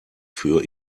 für